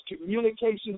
communication